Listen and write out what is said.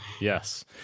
yes